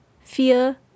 fear